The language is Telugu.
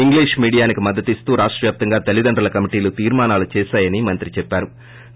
ఇంగ్లిష్ మీడియానికి మద్గతిస్తూ రాష్టవ్యాప్తంగా తల్లితండ్రుల కమిటీలు త్ర్మానాలు చేశాయని మంత్రి చెప్పారు